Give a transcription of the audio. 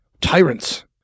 Tyrants